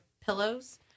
pillows